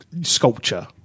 Sculpture